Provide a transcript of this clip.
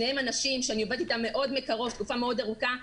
שניהם אנשים שאני עובדת איתם מאוד מקרוב כבר תקופה ארוכה מאוד,